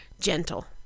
gentle